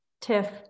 Tiff